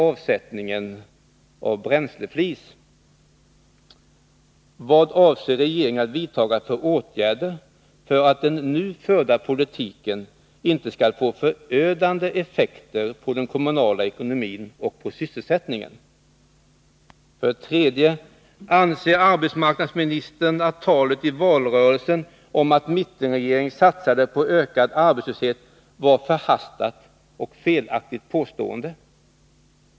Anser arbetsmarknadsministern att talet i valrörelsen om att mittenregeringen satsade på ökad arbetslöshet var förhastat och felaktigt?